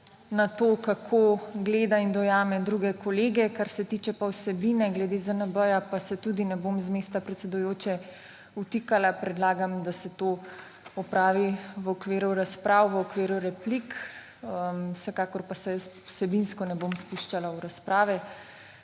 na to, kako gleda in dojame druge kolege. Kar se tiče pa vsebine, glede ZNB, pa se tudi ne bom z mesta predsedujoče vtikala. Predlagam, da se to opravi v okviru razprav, v okviru replik, vsekakor pa se jaz vsebinsko ne bom spuščala v razprave.